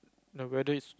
the weather is